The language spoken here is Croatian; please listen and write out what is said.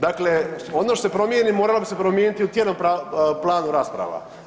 Dakle, ono što se promijeni moralo bi se promijeniti u tjednom planu rasprava.